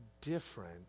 different